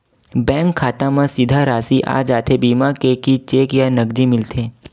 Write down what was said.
Bank खाता मा सीधा राशि आ जाथे बीमा के कि चेक या नकदी मिलथे?